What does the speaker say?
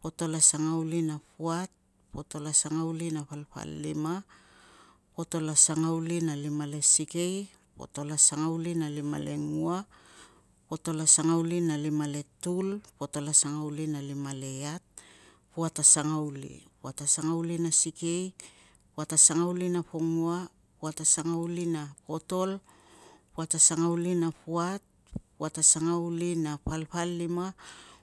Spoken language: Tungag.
potol a sangauli na puat, potol a sangauli na palpalima, potol a sangauli na lima le sikei, potol a sangauli na lima lengua, potol a sangauli na lima le tul, potol a sangauli na lima le iat, puat a sangauli. Puat a sangauli na sikei, puat a sangauli na pongua, puat a sangauli na potol, puat a sangauli na puat, puat a sangauli na palpalima